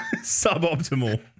suboptimal